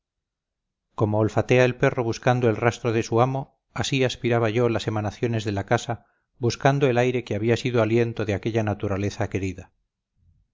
como olfatea el perro buscando el rastro de su amo así aspiraba yo las emanaciones de la casa buscando el aire que había sido aliento de aquella naturaleza querida